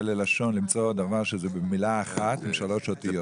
ללשון למצוא דבר שהוא במילה אחת עם שלוש אותיות.